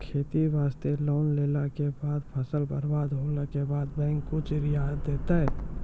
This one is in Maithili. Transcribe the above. खेती वास्ते लोन लेला के बाद फसल बर्बाद होला के बाद बैंक कुछ रियायत देतै?